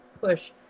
push